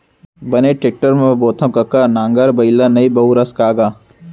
बने टेक्टर म बोथँव कका नांगर बइला नइ बउरस का गा?